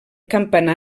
campanar